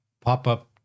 pop-up